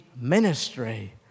ministry